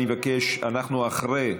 אני מבקש, אנחנו אחרי.